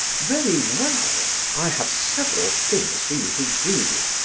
very well i have several things for you to do.